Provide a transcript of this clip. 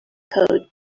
coat